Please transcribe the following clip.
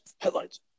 headlines